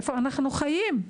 איפה אנחנו חיים?